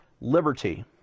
liberty